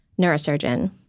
Neurosurgeon